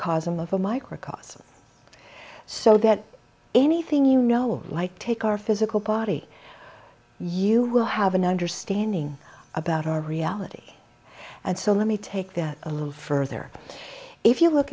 sm of a microcosm so that anything you know like take our physical body you will have an understanding about our reality and so let me take that a little further if you look